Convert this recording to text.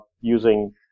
using